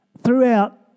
Throughout